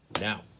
Now